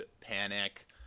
panic